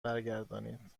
برگردانید